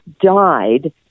died